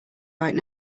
right